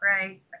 right